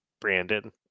Brandon